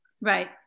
Right